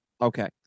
Okay